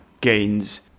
gains